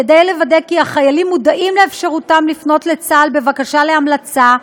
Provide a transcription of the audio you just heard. כדי לוודא כי החיילים מודעים לאפשרותם לפנות לצה"ל בבקשת המלצה,